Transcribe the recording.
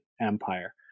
empire